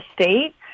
state